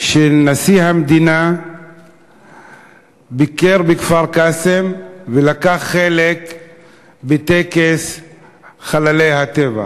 שנשיא המדינה ביקר בכפר-קאסם ולקח חלק בטקס לזכר חללי הטבח,